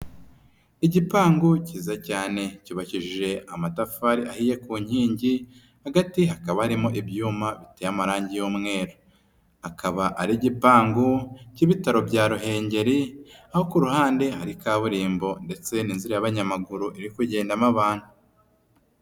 Igipangu cyiza cyane cyubakishije amatafari ahiye ku nkingi, hagati hakaba harimo ibyuma biteye amarangi y'umweru. Akaba ari igipangu cy'ibitaro bya Ruhengeri, aho ku ruhande hari kaburimbo ndetse n'inzira y'abanyamaguru iri kugendamo abantu.